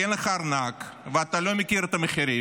כי אין לך ארנק, ואתה לא מכיר את המחירים,